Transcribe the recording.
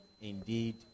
Indeed